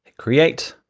create,